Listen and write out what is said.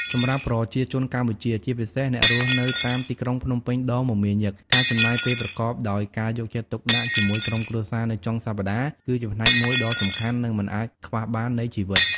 សម្រាប់ប្រជាជនកម្ពុជា ជាពិសេសអ្នករស់នៅទីក្រុងភ្នំពេញដ៏មមាញឹក ការចំណាយពេលប្រកបដោយការយកចិត្តទុកដាក់ជាមួយក្រុមគ្រួសារនៅចុងសប្តាហ៍គឺជាផ្នែកមួយដ៏សំខាន់និងមិនអាចខ្វះបាននៃជីវិត។